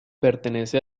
pertenece